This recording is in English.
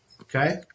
Okay